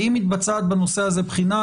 האם מתבצעת בנושא הזה בחינה?